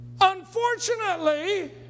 Unfortunately